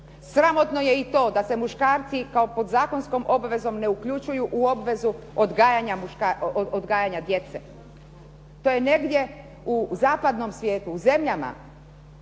Sramotno je i to da se muškarci kao pod zakonskom obvezom ne uključuju u obvezu odgajanja djece. To je negdje u zapadnom svijetu u zemljama